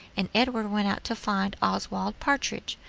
and edward went out to find oswald partridge,